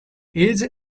his